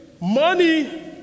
money